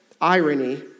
irony